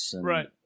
Right